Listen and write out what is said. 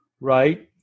Right